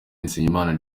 nizeyimana